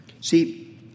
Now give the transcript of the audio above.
See